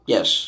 Yes